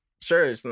Sure